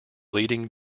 leading